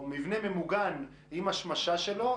או מבנה ממוגן עם השמשה שלו